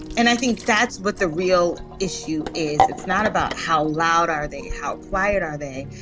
and i think that's what the real issue is. it's not about how loud are they, how quiet are they.